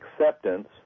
acceptance